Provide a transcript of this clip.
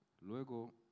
Luego